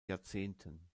jahrzehnten